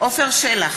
עפר שלח,